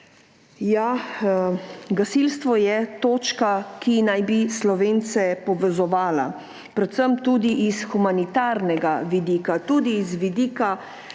Gasilstvo je točka, ki naj bi Slovence povezovala, predvsem tudi s humanitarnega vidika, tudi z vidika